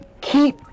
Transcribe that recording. Keep